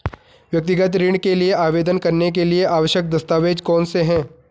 व्यक्तिगत ऋण के लिए आवेदन करने के लिए आवश्यक दस्तावेज़ कौनसे हैं?